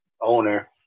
owner